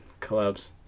collabs